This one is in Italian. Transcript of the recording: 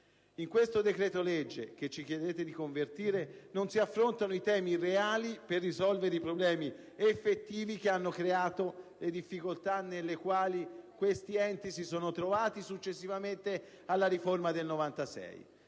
In questo decreto‑legge, che ci chiedete di convertire, non si affrontano i temi reali per risolvere i problemi effettivi che hanno creato le difficoltà nelle quali questi enti si sono trovati successivamente alla riforma del 1996.